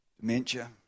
dementia